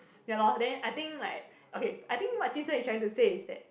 ya lor then I think like okay I think what jun sheng is trying to say is that